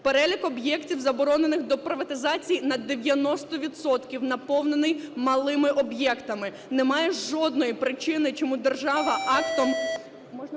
Перелік об'єктів, заборонених до приватизації, на 90 відсотків наповнений малими об'єктами. Немає жодної причини, чому держава актом…